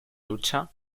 lucha